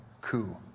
coup